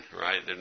right